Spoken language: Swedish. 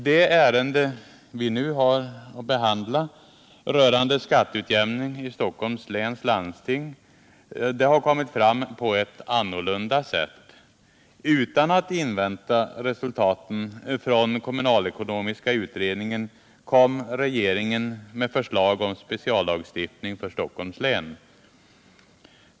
Det ärende vi nu behandlar rörande skatteutjämning i Stockholms läns landsting har kommit fram på ett annorlunda sätt. Utan att invänta resultaten från kommunalekonomiska utredningen kom regeringen med förslag om speciallagstiftning för Stockholms län.